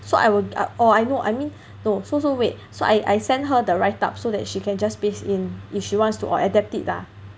so I will be I know I mean no so so wait I send her the write up so that she can just paste in if she wants to or adapt it lah